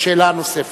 בשאלה הנוספת.